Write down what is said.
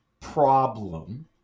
problem